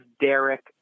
Derek